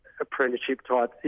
apprenticeship-type